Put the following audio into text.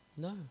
no